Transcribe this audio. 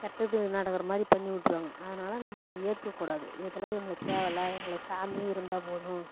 கெட்டது நடக்கிற மாதிரி பண்ணிவிட்ருவாங்க அதனால் நம்ம அதை ஏற்றுக்க கூடாது இதெல்லாம் எங்களுக்கு தேவை இல்லை எங்களுக்கு சாமியே இருந்தால் போதும்